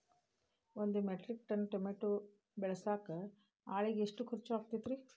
ಒಂದು metric tonne tomato ಬೆಳಸಾಕ್ ಆಳಿಗೆ ಎಷ್ಟು ಖರ್ಚ್ ಆಕ್ಕೇತ್ರಿ?